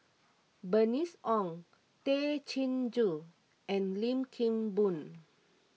Bernice Ong Tay Chin Joo and Lim Kim Boon